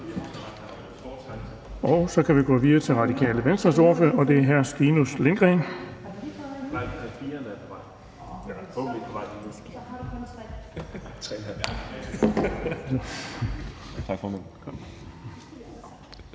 Og så kan vi gå videre til Radikale Venstres ordfører, og det er hr. Stinus Lindgreen.